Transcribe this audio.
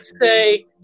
say